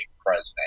president